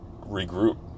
regroup